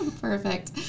Perfect